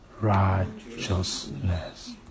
righteousness